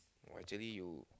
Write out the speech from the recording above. actually you